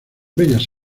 bellas